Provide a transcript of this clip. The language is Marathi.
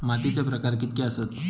मातीचे प्रकार कितके आसत?